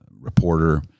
reporter